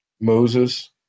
Moses